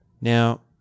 Now